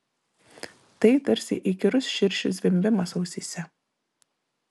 tai tarsi įkyrus širšių zvimbimas ausyse